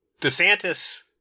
DeSantis